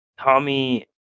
Tommy